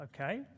okay